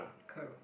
correct